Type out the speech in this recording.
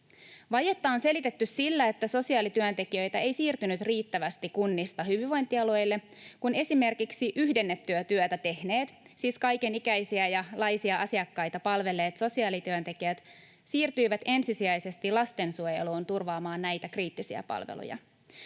Vajetta on selitetty sillä, että sosiaalityöntekijöitä ei siirtynyt riittävästi kunnista hyvinvointialueille, kun esimerkiksi yhdennettyä työtä tehneet, siis kaikenikäisiä ja ‑laisia asiakkaita palvelleet sosiaalityöntekijät siirtyivät ensisijaisesti lastensuojeluun turvaamaan näitä kriittisiä palveluja.